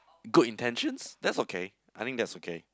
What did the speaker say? good intentions that's okay I think that's okay